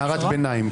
הערת ביניים.